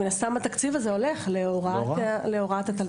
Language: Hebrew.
מן הסתם התקציב הזה הולך להוראת התלמידים,